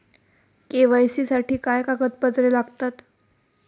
KYC साठी काय कागदपत्रे लागतात?